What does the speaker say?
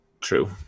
True